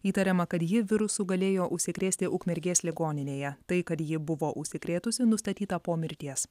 įtariama kad ji virusu galėjo užsikrėsti ukmergės ligoninėje tai kad ji buvo užsikrėtusi nustatyta po mirties